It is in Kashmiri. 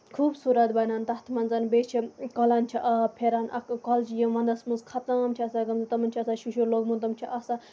خوٗبصوٗت بَنان تَتھ منٛز بیٚیہِ چھِ کۄلن چھِ آب پھیران اکھ کۄلہٕ چھِ یِم وَندَس منٛز خَتٕم چھِ آسان گٔمٕژ تِمَن چھِ آسان شِشُر لوٚگمُت تِم چھِ آسان